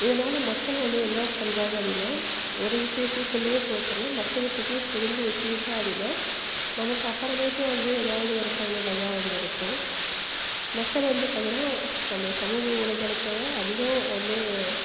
இதனால் மக்கள் வந்து என்ன பண்ணுறாங்க அப்படின்னா ஒரு விஷயத்துக்குள்ளியே போகாமல் மற்ற விஷயத்தையும் தெரிஞ்சு வச்சுக்கிட்டால் அப்படின்னா நமக்கு அப்புறமேட்டு வந்து எதாவது ஒரு பயனுள்ளதாக வந்து இருக்கும் மக்கள் வந்து பார்த்தின்னா அந்த சமூக ஊடக தளத்தை அதிகம் வந்து